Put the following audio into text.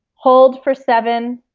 hold for seven,